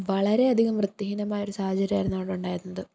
വളരെയധികം വൃത്തിഹീനമായൊരു സാഹചര്യം ആയിരുന്നു അവിടെ ഉണ്ടായിരുന്നത്